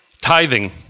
Tithing